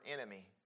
enemy